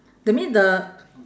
that mean the